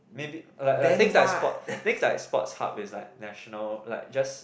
maybe like like things like sports things like sports hub is like national like just